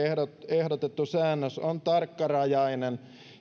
ehdotettu säännös on tarkkarajainen